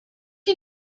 you